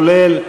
כולל,